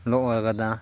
ꯂꯣꯛꯑꯒꯅ